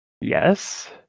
Yes